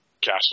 Castle